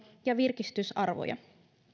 ja virkistysarvoja